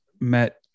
met